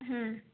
হুম